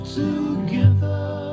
together